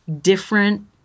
different